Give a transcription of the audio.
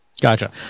Gotcha